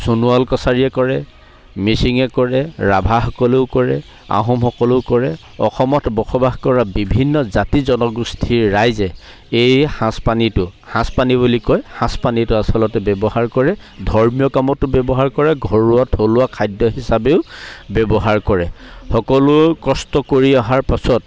সোণোৱাল কছাৰীয়ে কৰে মিচিঙে কৰে ৰাভাসকলেও কৰে আহোমসকলেও কৰে অসমত বসবাস কৰা বিভিন্ন জাতি জনগোষ্ঠীৰ ৰাইজে এই সাঁজ পানীটো সাঁজ পানী বুলি কয় সাঁজ পানীটো আচলতে ব্যৱহাৰ কৰে ধৰ্মীয় কামতো ব্যৱহাৰ কৰে ঘৰুৱা থলুৱা খাদ্য হিচাপেও ব্যৱহাৰ কৰে সকলো কষ্ট কৰি অহাৰ পাছত